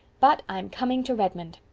but i'm coming to redmond.